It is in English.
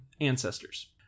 ancestors